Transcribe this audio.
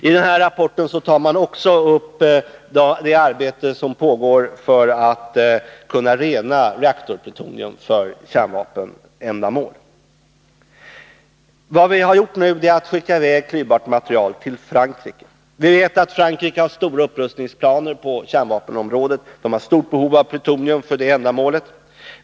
I rapporten tas också upp det arbete som pågår för att kunna rena reaktorplutonium för kärnvapenändamål. Vad vi har gjort nu är att skicka klyvbart material till Franrike. Vi vet att Frankrike har stora upprustningsplaner på kärnvapenområdet och att Frankrike har stort behov av plutonium för det ändamålet.